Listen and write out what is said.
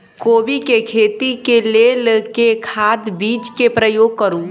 कोबी केँ खेती केँ लेल केँ खाद, बीज केँ प्रयोग करू?